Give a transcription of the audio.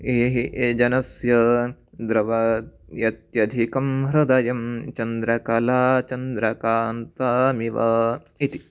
एते ते जनस्य द्रव यत्यधिकं हृदयं चन्द्रकलाचन्द्रकान्तामिव इति